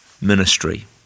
ministry